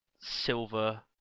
silver